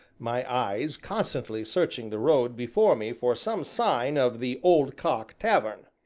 my eyes constantly searching the road before me for some sign of the old cock tavern.